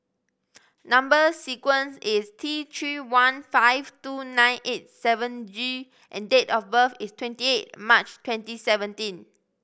number sequence is T Three one five two nine eight seven G and date of birth is twenty eight March twenty seventeen